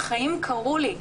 החיים קרו לי.